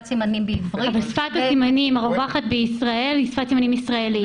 סימנים בעברית -- שפת הסימנים הרווחת בישראל היא שפת סימנים ישראלית.